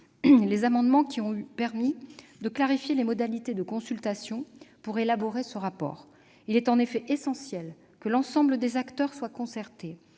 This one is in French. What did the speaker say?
les amendements qui ont permis de clarifier les modalités de consultation permettant d'élaborer ce rapport. Il est en effet essentiel que l'ensemble des acteurs soient associés